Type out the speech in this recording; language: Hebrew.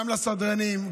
גם לסדרנים,